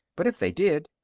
but if they did,